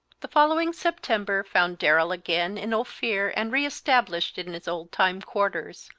the following september found darrell again in ophir and re-established in his old-time quarters.